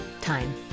time